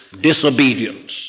disobedience